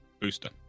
booster